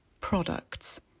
products